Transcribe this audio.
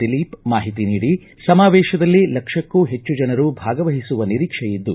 ದಿಲೀಪ್ ಮಾಹಿತಿ ನೀಡಿ ಸಮಾವೇಶದಲ್ಲಿ ಲಕ್ಷಕ್ಕೂ ಹೆಚ್ಚು ಜನರು ಭಾಗವಹಿಸುವ ನಿರೀಕ್ಷೆ ಇದ್ದು